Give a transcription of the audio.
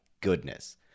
goodness